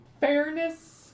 fairness